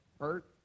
hurt